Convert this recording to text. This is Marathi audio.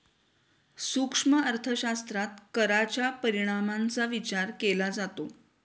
सूक्ष्म अर्थशास्त्रात कराच्या परिणामांचा विचार केला जातो